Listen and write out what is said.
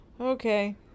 okay